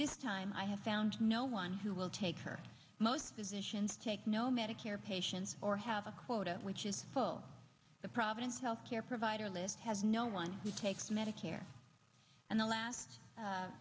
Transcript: this time i have found no one who will take her most physicians take no medicare patients or have a quota which is called the providence health care provider list has no one to take medicare and the last